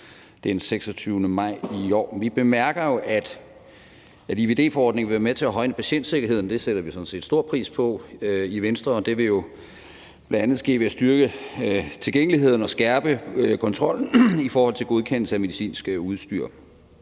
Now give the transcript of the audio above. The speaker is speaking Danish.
kraft den 26. maj i år. Vi bemærker jo, at IVD-forordningen vil være med til at højne patientsikkerheden, og det sætter vi sådan set stor pris på i Venstre, og det vil jo bl.a. ske ved at styrke tilgængeligheden og skærpe kontrollen i forhold til godkendelse af medicinsk udstyr.